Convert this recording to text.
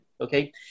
Okay